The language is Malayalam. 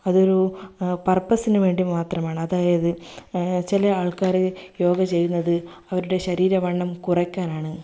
അതൊരു പർപ്പസിന് വേണ്ടി മാത്രമാണ് അതായത് ചില ആൾക്കാർ യോഗ ചെയ്യുന്നത് അവരുടെ ശരീര വണ്ണം കുറയ്ക്കാനാണ്